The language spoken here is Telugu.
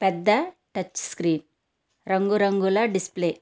పెద్ద టచ్ స్క్రీన్ రంగురంగుల డిస్ప్లే